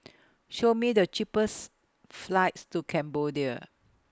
Show Me The cheapest flights to Cambodia